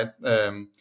right